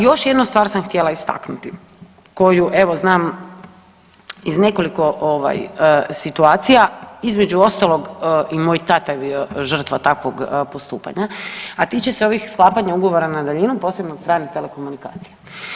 Još jednu stvar sam htjela istaknuti koju evo znam iz nekoliko ovaj situacija, između ostalog i moj tata je bio žrtva takvog postupanja, a tiče se ovih sklapanja ugovora na daljinu, posebno od strane telekomunikacija.